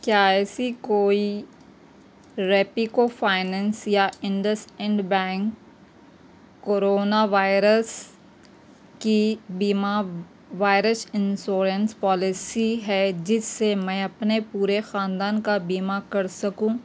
کیا ایسی کوئی ریپیکو فائنینس یا IndusInd bank corona virus کی بیمہ وائرس انسورنس پالیسی ہے جس سے میں اپنے پورے خاندان کا بیمہ کر سکوں